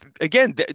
again